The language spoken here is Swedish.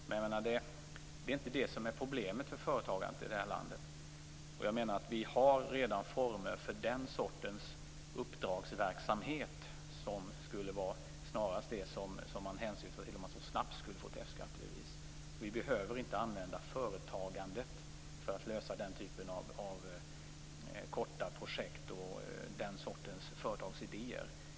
Det är dock inte detta som är problemet för företagandet i vårt land. Det finns redan former för den sortens uppdragsverksamhet som det väl snarast hänsyftas på när det gäller detta med att snabbt få ett F-skattebevis. Vi behöver inte använda företagandet för att lösa kortvariga projekt och den sortens företagsidéer.